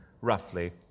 roughly